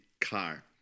car